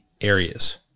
areas